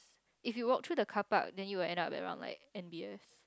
if you walk through the car park then you will end up around like N_B_S